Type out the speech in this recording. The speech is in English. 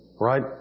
right